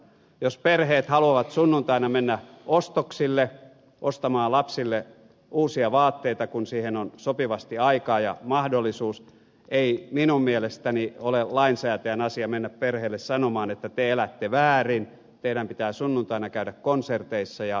jos perheet haluavat sunnuntaina mennä ostoksille ostamaan lapsille uusia vaatteita kun siihen on sopivasti aikaa ja mahdollisuus ei minun mielestäni ole lainsäätäjän asia mennä perheelle sanomaan että te elätte väärin teidän pitää sunnuntaina käydä konserteissa ja taidenäyttelyissä